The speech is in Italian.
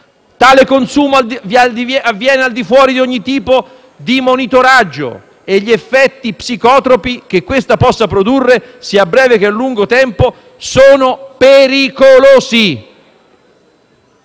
tale consumo avviene al di fuori di ogni possibilità di monitoraggio e quindi gli effetti psicotropi che questi possono produrre, sia a breve che a lungo termine sono pericolosi;